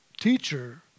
teacher